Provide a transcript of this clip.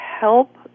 help